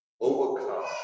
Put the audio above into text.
overcome